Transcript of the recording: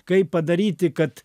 kaip padaryti kad